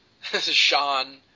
Sean